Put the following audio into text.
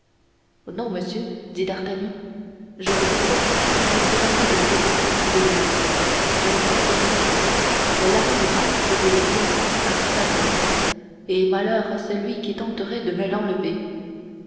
non monsieur dit d'artagnan je vous réponds qu'il n'en sera pas de celle-ci comme de l'autre je la garderai si bien qu'elle arrivera je vous le jure à son adresse et malheur à celui qui tenterait de me l'enlever